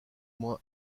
moins